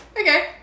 Okay